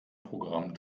programm